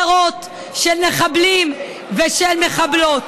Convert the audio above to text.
נממן את אותן האדרות של מחבלים ושל מחבלות.